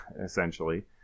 essentially